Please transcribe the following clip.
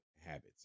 habits